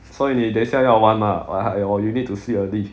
so 你等一下要玩吗 or or you need to sleep early